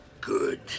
good